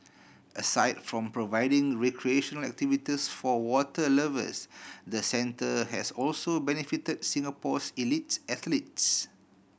aside from providing recreational activities for water lovers the centre has also benefit Singapore's elites athletes